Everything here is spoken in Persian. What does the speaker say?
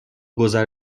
گذر